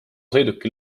sõiduki